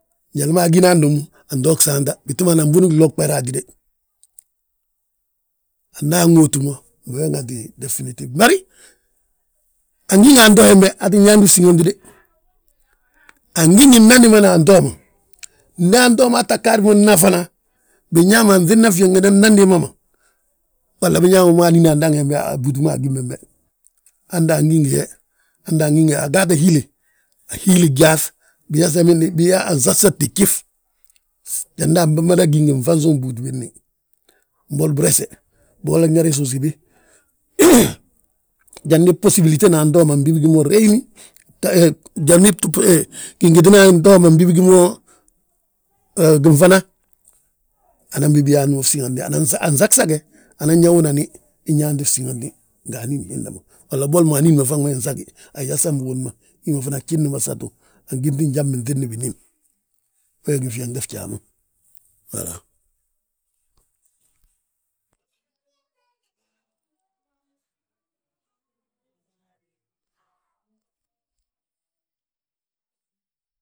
Njali ma agíni hando mo, anto gsaanta biti man bun glo gber hatide, nda aŋóodti mo mbo we ŋati definitif. Bari hína anto hembe aa ttin yaanti fsíŋanti de, angí ngi nnan dimbana anto ma. Nda anto maa tta gaadi mo nna fana, binñaa ma anŧidna fyeeŋdena nnan dimba ma. Walla biñaa ma mo anín andaŋ hembe, a búuti ma agím bembe, hande angí ngi he, hande angí ngi he, agaata hiile. Anhiili gyaaŧ, biyaa samindi, biyaa ansasati fjif, jandi ambi mada gi ngi nfansuŋ búuti binni. Mbolo brese, bigolla nyaa resu usibi, jandi bosibilitena antoo ma mbi gi mo reyini, jandi gingitina anto ma, mbibi gí mo ginfana. Anan bibiyaanti mo fsíŋanti, ansag sage, anan yaa wunani, inyaanti fsíŋanti, nga anín hiinda ma. Walla boli mo anín ma faŋ ma hi nsagi, ayaa sam biwun ma, hi ma fana gjifni ma satu, angínŧi njan binŧidni binín. Wee gí fyeŋde fjaa ma wala.